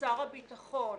שר הביטחון